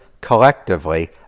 collectively